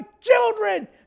children